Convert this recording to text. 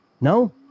No